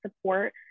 support